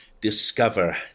discover